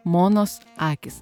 monos akys